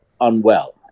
unwell